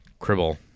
Cribble